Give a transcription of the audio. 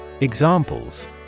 Examples